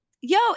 Yo